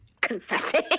confessing